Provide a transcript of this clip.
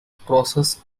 process